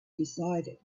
decided